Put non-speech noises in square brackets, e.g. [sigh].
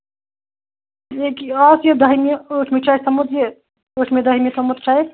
[unintelligible] اوس یہِ دٔہمہِ ٲٹھۍمہِ چھُ اَسہِ تھوٚمُت یہِ ٲٹھۍمہِ دٔہمہِ تھوٚمُت چھُ اَسہِ